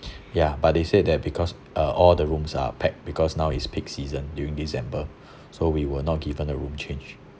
ya but they said that because uh all the rooms are packed because now it's peak season during december so we were not given a room change